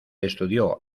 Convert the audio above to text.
estudió